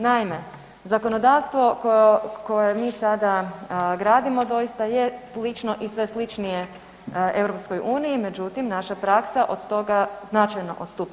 Naime, zakonodavstvo koje mi sada gradimo, doista je slično i sve sličnije EU-u, međutim naša praksa od toga značajno odstupa.